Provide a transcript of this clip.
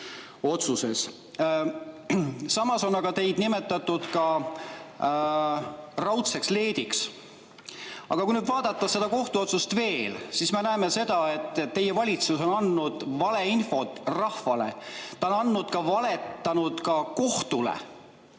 kohtuotsuses. Samas on teid nimetatud ka raudseks leediks. Aga kui nüüd vaadata seda kohtuotsust, siis me näeme seda, et teie valitsus on andnud rahvale valeinfot. Ta on valetanud ka kohtule.